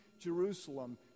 jerusalem